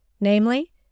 namely